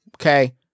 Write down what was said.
okay